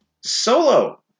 solo